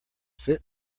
fit